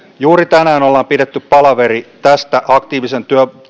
juuri tänään ollaan pidetty palaveri tästä aktiivisen